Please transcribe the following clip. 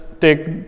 take